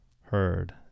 heard